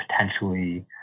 potentially